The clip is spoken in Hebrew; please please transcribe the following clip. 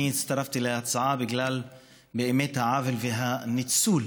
אני הצטרפתי להצעה בגלל העוול והניצול